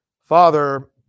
Father